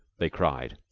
they cried.